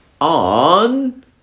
On